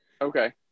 okay